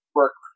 work